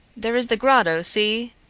there is the grotto see!